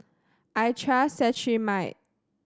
I trust Cetrimide